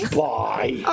bye